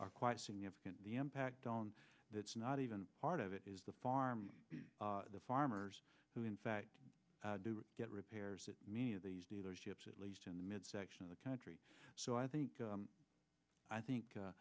are quite significant the m packed on that's not even part of it is the farm the farmers who in fact do get repairs in many of these dealerships at least in the midsection of the country so i think i think